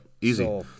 Easy